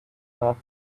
plath